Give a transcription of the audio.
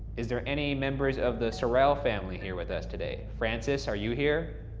is there any members of the sorrel family here with us today? francis, are you here?